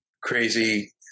crazy